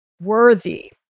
worthy